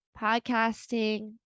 podcasting